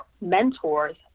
mentors